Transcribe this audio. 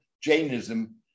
Jainism